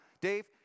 Dave